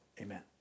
Amen